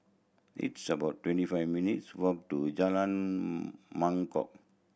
it's about twenty five minutes' walk to Jalan Mangkok